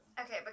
Okay